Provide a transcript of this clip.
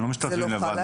הם לא משתתפים לבד,